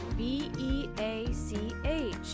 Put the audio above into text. B-E-A-C-H